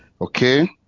okay